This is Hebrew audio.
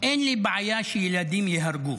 אין לי בעיה שילדים ייהרגו?